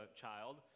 child